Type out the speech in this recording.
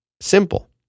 simple